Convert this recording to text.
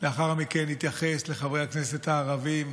לאחר מכן התייחס לחברי הכנסת הערבים,